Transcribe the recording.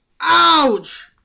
Ouch